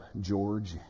George